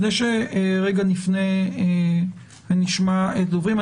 רגע לפני שנשמע את הדוברים,